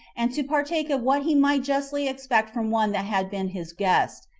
and to partake of what he might justly expect from one that had been his guest,